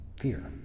fear